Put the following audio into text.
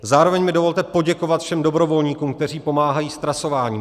Zároveň mi dovolte poděkovat všem dobrovolníkům, kteří pomáhají s trasováním.